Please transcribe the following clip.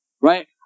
right